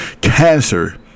Cancer